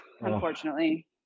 unfortunately